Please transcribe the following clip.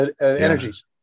energies